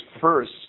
first